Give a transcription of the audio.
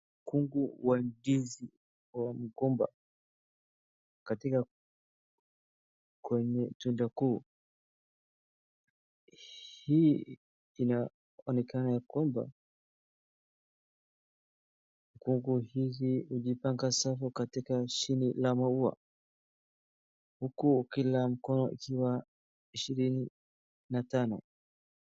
Mkungu wa ndizi wa mgomba katika kwenye tunda kuu, hii inaonekana ya kwamba mkungu hizi hujipanga safi katika shina la maua huku kila mkono ukiwa ishirini na tano.